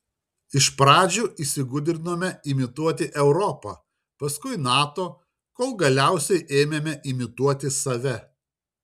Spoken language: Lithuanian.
iš pradžių įsigudrinome imituoti europą paskui nato kol galiausiai ėmėme imituoti save